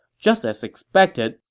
just as expected,